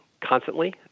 constantly